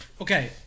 Okay